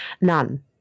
none